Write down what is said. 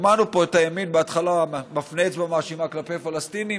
שמענו פה את הימין בהתחלה מפנה אצבע מאשימה כלפי פלסטינים,